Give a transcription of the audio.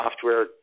software